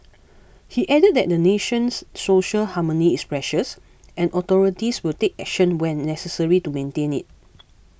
he added that the nation's social harmony is precious and authorities will take action when necessary to maintain it